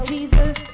Jesus